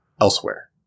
elsewhere